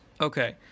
Okay